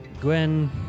Gwen